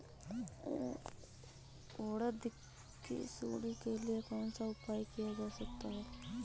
उड़द की सुंडी के लिए कौन सा उपाय किया जा सकता है?